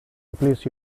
replace